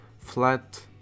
flat